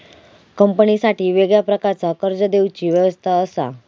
कंपनीसाठी वेगळ्या प्रकारचा कर्ज देवची व्यवस्था असा